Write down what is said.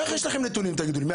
איך יש לכם נתונים מ-2017?